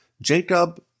Jacob